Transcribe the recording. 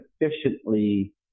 efficiently